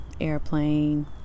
airplane